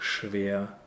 schwer